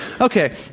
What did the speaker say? Okay